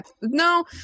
No